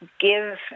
give